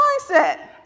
mindset